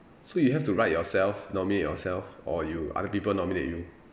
so you have to write yourself nominate yourself or you other people nominate you